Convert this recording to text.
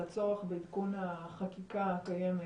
לצורך בעדכון החקיקה הקיימת